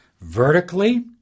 vertically